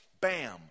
bam